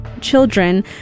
children